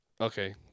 okay